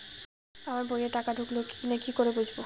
আমার বইয়ে টাকা ঢুকলো কি না সেটা কি করে বুঝবো?